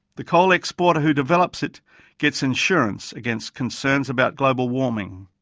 the coal exporter who develops it gets insurance against concerns about global warming.